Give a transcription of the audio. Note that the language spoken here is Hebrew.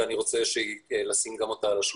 ואני רוצה לשים גם אותה על השולחן.